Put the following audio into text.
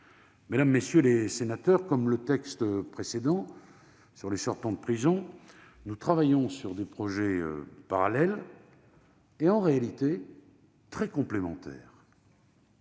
Mesdames, messieurs les sénateurs, comme pour le texte précédent sur les sortants de prison, j'observe que nous travaillons sur des projets parallèles et, en réalité, très complémentaires.